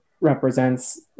represents